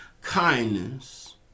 kindness